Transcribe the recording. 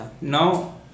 Now